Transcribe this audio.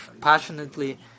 passionately